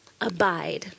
Abide